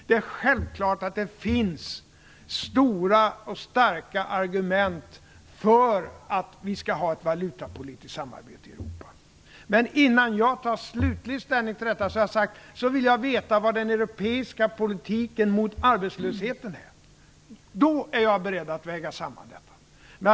Det är självklart att det finns stora och starka argument för att vi skall ha ett valutapolitiskt samarbete i Europa. Men innan jag tar slutlig ställning till detta vill jag veta vilken den europeiska politiken mot arbetslösheten är. Då är jag beredd att väga samman argumenten.